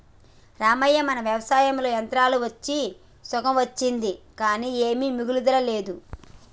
రామవ్వ మన వ్యవసాయంలో యంత్రాలు అచ్చి సుఖం అచ్చింది కానీ ఏమీ మిగులతలేదు